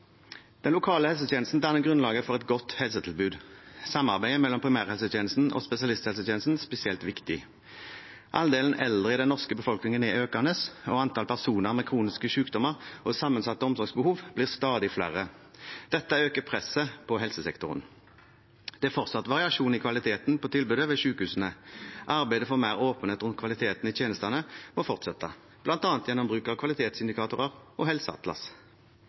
Den lokale helsetjenesten danner grunnlaget for et godt helsetilbud. Samarbeidet mellom primærhelsetjenesten og spesialisthelsetjenesten er spesielt viktig. Andelen eldre i den norske befolkningen er økende, og antall personer med kroniske sykdommer og sammensatte omsorgsbehov blir stadig flere. Dette øker presset på helsesektoren. Det er fortsatt variasjon i kvaliteten på tilbudet ved sykehusene. Arbeidet for mer åpenhet om kvaliteten i tjenestene må fortsette, bl.a. gjennom bruk av kvalitetsindikatorer og helseatlas.